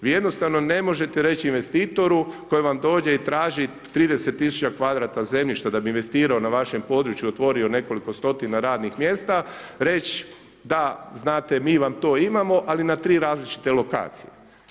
Vi jednostavno ne možete reći investitoru koji vam dođe i traži 30 tisuća kvadrata zemljišta da bi investirao na vašem području, otvorio nekoliko stotina radnih mjesta reć da znate mi vam to imamo, ali na tri različite lokacije.